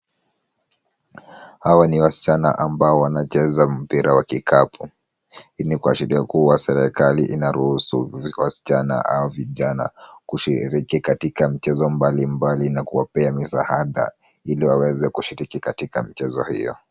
Hawa ni wasichana ambao wanacheza mpira wa kikapu. Hii ni ashiria kuwa serikali inaruhusu wasichana au vijana kushiriki katika michezo mbalimbali na kuwapea misaada ili waweze kushiriki katika michezo hiyo.